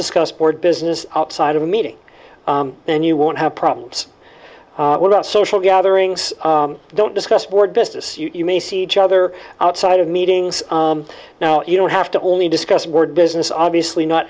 discuss board business outside of a meeting and you won't have problems without social gatherings don't discuss board business you may see each other outside of meetings now you don't have to only discuss word business obviously not